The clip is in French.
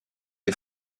est